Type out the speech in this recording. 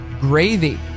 gravy